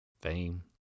Fame